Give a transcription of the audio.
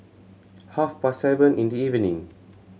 half past seven in the evening